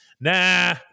nah